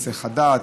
היסח הדעת.